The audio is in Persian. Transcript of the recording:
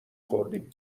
خوردیم